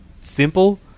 simple